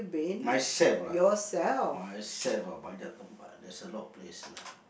myself lah myself ah banyak tempat there's a lot of place lah